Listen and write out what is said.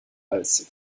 als